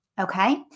okay